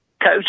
Coach